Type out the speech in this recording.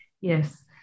Yes